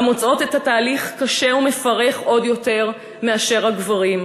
המוצאות את התהליך קשה ומפרך עוד יותר מאשר הגברים.